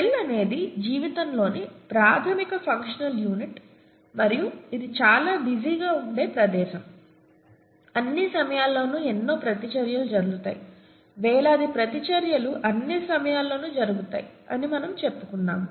cell అనేది జీవితంలోని ప్రాథమిక ఫంక్షనల్ యూనిట్ మరియు ఇది చాలా బిజీగా ఉండే ప్రదేశం అన్ని సమయాలలో ఎన్నో ప్రతిచర్యలు జరుగుతాయి వేలాది ప్రతిచర్యలు అన్ని సమయాలలో జరుగుతాయి అని మనము చెప్పుకున్నాము